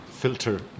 Filter